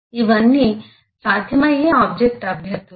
ఇవన్నీ సాధ్యమయ్యే ఆబ్జెక్ట్ అభ్యర్థులు